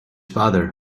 father